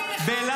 סתם עושה את זה?